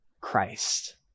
Christ